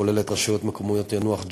הכוללת את הרשויות המקומיות יאנוח-ג'ת,